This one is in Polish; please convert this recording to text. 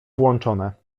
włączone